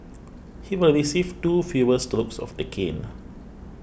he will receive two fewer strokes of the cane